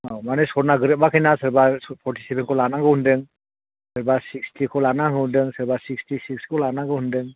औ माने सनआ गोरोबाखैना सोरबा फरटिसेबेनखौ लानांगौ होनदों सोरबा सिक्सटिखौ लानांगौ होनदों सोरबा सिक्सटिसिक्सखौ लानांगौ होनदों